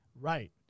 Right